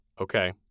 okay